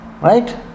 Right